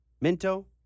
Minto